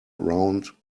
round